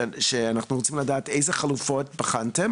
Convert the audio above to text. שאנחנו רוצים לדעת איזה חלופות אתם בחנתם